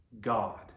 God